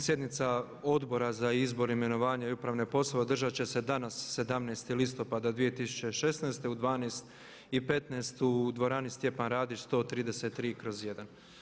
Sjednica Odbora za izbor, imenovanje i upravne poslove održat će se danas 17. listopada 2016. u 12,15 u dvorani Stjepan Radić 133/1.